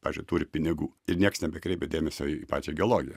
pavyzdžiui turi pinigų ir nieks nebekreipia dėmesio į pačią geologiją